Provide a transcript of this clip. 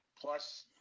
Plus